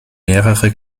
mehrere